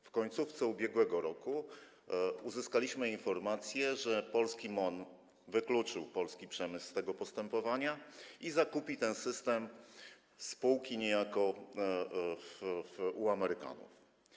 Pod koniec ubiegłego roku uzyskaliśmy informację, że polski MON wykluczył polski przemysł z tego postępowania i zakupi ten system niejako z półki u Amerykanów.